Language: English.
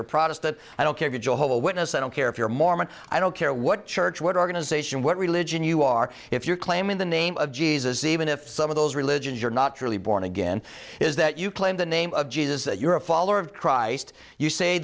your promise that i don't care joel a witness i don't care if you're mormon i don't care what church what organization what religion you are if you're claiming the name of jesus even if some of those religions are not truly born again is that you claim the name of jesus that you're a follower of christ you say